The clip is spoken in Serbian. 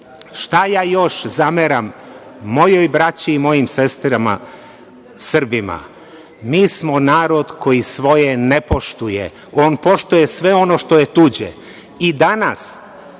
ja još zameram mojoj braći i mojim sestrama Srbima? Mi smo narod koji svoje ne poštuje. On poštuje sve ono što je tuđe. I, danas,